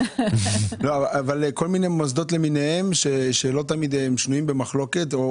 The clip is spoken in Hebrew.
כל מיני מוסדות שנויים במחלוקת.